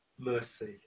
mercy